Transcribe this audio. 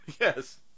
Yes